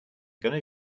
gonna